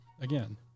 Again